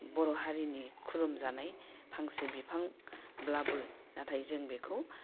बर' हारिनि खुलुमजानाय फांसे बिफांब्लाबो नाथाय जों बेखौ